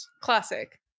Classic